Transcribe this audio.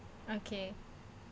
okay